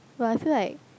but I feel like